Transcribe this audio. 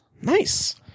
nice